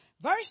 verse